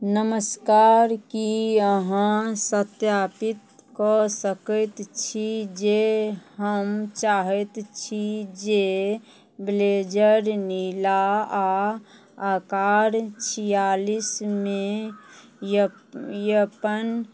नमस्कार की अहाँ सत्यापित कऽ सकैत छी जे हम चाहैत छी जे ब्लेजर नीला आ आकार छियालिसमे यपन